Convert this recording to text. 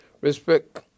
Respect